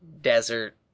desert